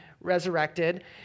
resurrected